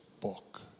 book